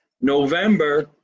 November